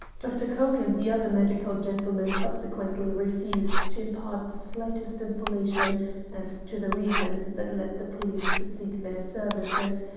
dr. coke and the other medical gentlemen subsequently refused to impart the slightest information as to the reasons that led the police to seek their services,